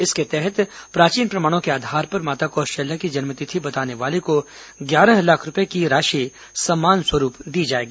इसके तहत प्राचीन प्रमाणों के आधार पर माता कौशल्या की जन्मतिथि बताने वाले को ग्यारह लाख रूपए की राशि सम्मान स्वरूप दी जाएगी